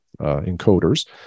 encoders